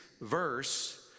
verse